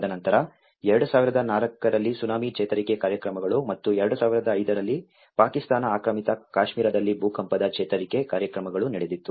ತದನಂತರ 2004 ರಲ್ಲಿ ಸುನಾಮಿ ಚೇತರಿಕೆ ಕಾರ್ಯಕ್ರಮಗಳು ಮತ್ತು 2005 ರಲ್ಲಿ ಪಾಕಿಸ್ತಾನ ಆಕ್ರಮಿತ ಕಾಶ್ಮೀರದಲ್ಲಿ ಭೂಕಂಪದ ಚೇತರಿಕೆ ಕಾರ್ಯಕ್ರಮಗಳು ನಡೆದಿತ್ತು